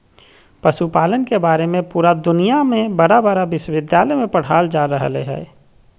पशुपालन के बारे में पुरा दुनया में बड़ा बड़ा विश्विद्यालय में पढ़ाल जा रहले हइ